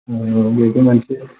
ओम बेबो मोनसे